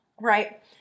Right